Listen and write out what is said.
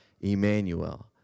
Emmanuel